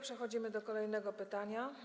Przechodzimy do kolejnego pytania.